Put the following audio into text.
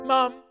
Mom